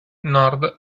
nord